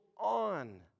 on